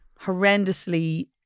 horrendously